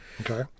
Okay